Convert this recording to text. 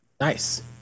Nice